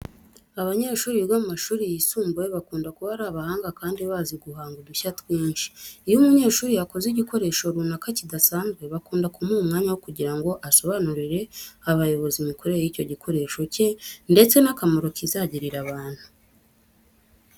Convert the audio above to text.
Abanyeshuri biga mu mashuri yisumbuye bakunda kuba ari abahanga kandi bazi guhanga udushya twinshi. Iyo umunyeshuri yakoze igikoresho runaka kidasanzwe bakunda kumuha umwanya kugira ngo asobanurire abayobozi imikorere y'icyo gikoresho cye ndetse n'akamaro kizagirira abantu.